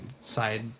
side